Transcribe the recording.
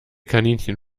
kaninchen